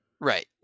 Right